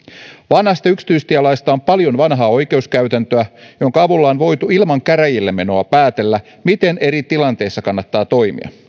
vanhasta yksityistielaista on paljon vanhaa oikeuskäytäntöä jonka avulla on voitu ilman käräjille menoa päätellä miten eri tilanteissa kannattaa toimia